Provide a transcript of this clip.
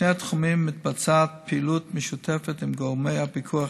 בשני התחומים מתבצעת פעילות משותפת עם גורמי הפיקוח